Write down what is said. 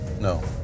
No